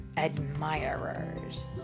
Admirers